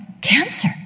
cancer